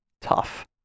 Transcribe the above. tough